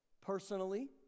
personally